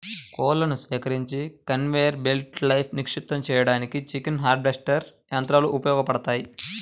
కోళ్లను సేకరించి కన్వేయర్ బెల్ట్పై నిక్షిప్తం చేయడానికి చికెన్ హార్వెస్టర్ యంత్రాలు ఉపయోగపడతాయి